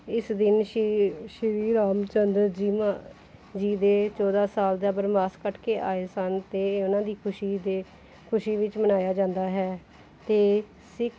ਇਸ ਦਿਨ ਸ਼ੀ ਸ਼੍ਰੀ ਰਾਮ ਚੰਦਰ ਜੀ ਮਾ ਜੀ ਦੇ ਚੌਦ੍ਹਾਂ ਸਾਲ ਦਾ ਬਨਵਾਸ ਕੱਟ ਕੇ ਆਏ ਸਨ ਅਤੇ ਉਹਨਾਂ ਦੀ ਖੁਸ਼ੀ ਦੇ ਖੁਸ਼ੀ ਵਿੱਚ ਮਨਾਇਆ ਜਾਂਦਾ ਹੈ ਅਤੇ ਸਿੱਖ